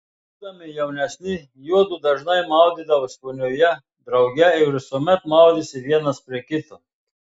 būdami jaunesni juodu dažnai maudydavosi vonioje drauge ir visuomet maudėsi vienas prie kito